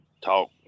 talk